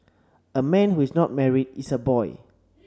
a man who is not married is a boy